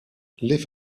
live